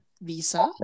Visa